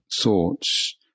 thoughts